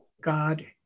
God